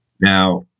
Now